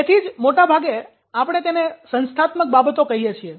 તેથી જ મોટાભાગે આપણે તેને સંસ્થાત્મક બાબતો કહીએ છીએ